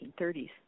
1930s